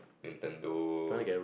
Nintendo